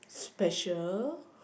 special